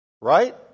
Right